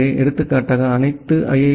எனவே எடுத்துக்காட்டாக அனைத்து ஐ